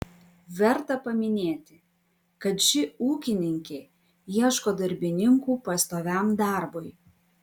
verta paminėti kad ši ūkininkė ieško darbininkų pastoviam darbui